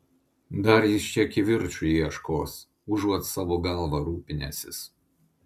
dar jis čia kivirču ieškos užuot savo galva rūpinęsis